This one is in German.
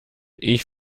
ich